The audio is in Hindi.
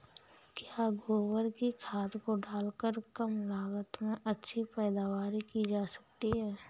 क्या गोबर की खाद को डालकर कम लागत में अच्छी पैदावारी की जा सकती है?